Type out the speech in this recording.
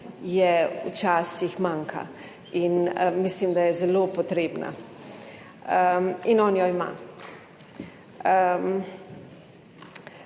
je včasih manjka in mislim, da je zelo potrebna in on jo ima.